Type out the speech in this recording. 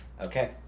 Okay